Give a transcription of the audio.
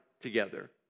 together